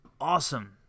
Awesome